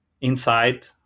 inside